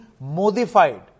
modified